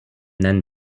then